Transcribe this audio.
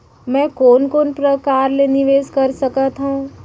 मैं कोन कोन प्रकार ले निवेश कर सकत हओं?